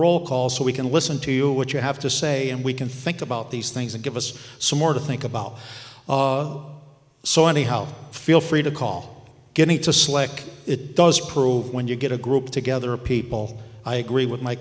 roll call so we can listen to you what you have to say and we can think about these things and give us some more to think about so any help feel free to call getting to slick it does prove when you get a group together of people i agree with my